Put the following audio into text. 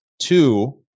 two